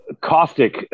caustic